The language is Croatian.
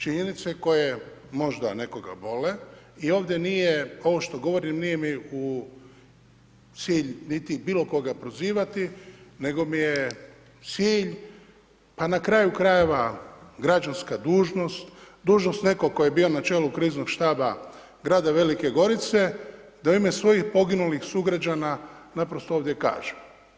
Činjenice koje možda nekoga bole i ovdje nije, ovo što govorim nije mi cilj niti bilo koga prozivati, nego mi je cilj pa na kraju krajeva građanska dužnost, dužnost nekog tko je bio na čelu Kriznog štaba Grada Velike Gorice da u ime svojih poginulih sugrađana naprosto ovdje kažem.